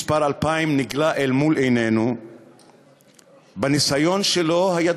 מנסה להגן על עצמו ועל אותם בלדרים ואותם אנשי עסקים שאתם הוא הסתבך,